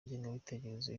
ingengabitekerezo